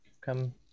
come